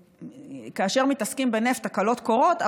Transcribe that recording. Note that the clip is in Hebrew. כאשר מתעסקים בנפט תקלות קורות,